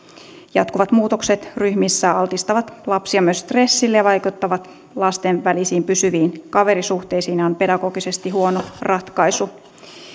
jatkuvat muutokset ryhmissä altistavat lapsia myös stressille ja vaikuttavat lasten välisiin pysyviin kaverisuhteisiin ja ovat pedagogisesti huono ratkaisu